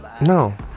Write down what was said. No